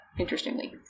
Interestingly